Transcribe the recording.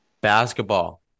Basketball